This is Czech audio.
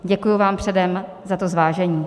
Děkuji vám předem za to zvážení.